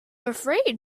afraid